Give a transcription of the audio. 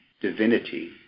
divinity